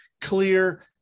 clear